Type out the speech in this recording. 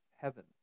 heaven